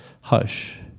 Hush